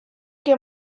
que